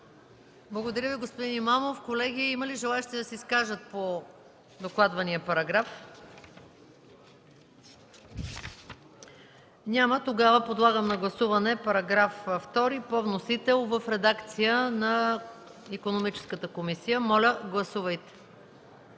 Благодаря Ви, господин Имамов. Колеги, има ли желаещи за се изкажат по докладвания параграф? Няма. Подлагам на гласуване § 2 по вносител в редакцията на Икономическата комисия. Гласували